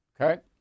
Okay